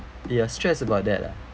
you're stress about that lah